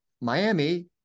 Miami